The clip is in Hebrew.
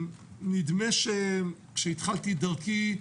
נדמה שכשהתחלתי את דרכי,